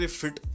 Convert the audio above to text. fit